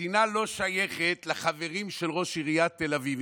המדינה לא שייכת לחברים של ראש עיריית תל אביב,